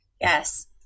Yes